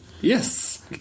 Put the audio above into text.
Yes